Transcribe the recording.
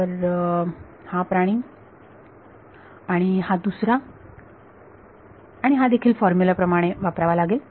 तर मला हा प्राणी आणि हा दुसरा आणि हा देखील फॉर्मुला प्रमाणे वापरावा लागेल